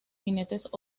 jinetes